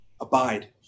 Abide